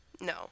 No